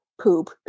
poop